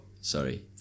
sorry